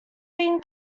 bean